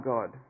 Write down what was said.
God